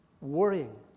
worrying